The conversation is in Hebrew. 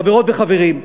חברות וחברים,